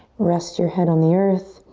rest your head on the earth.